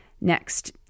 Next